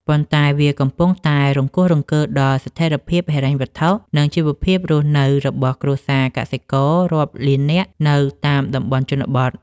ប៉ុន្តែវាកំពុងតែរង្គោះរង្គើដល់ស្ថិរភាពហិរញ្ញវត្ថុ និងជីវភាពរស់នៅរបស់គ្រួសារកសិកររាប់លាននាក់នៅតាមតំបន់ជនបទ។